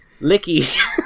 licky